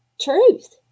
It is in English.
truth